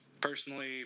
Personally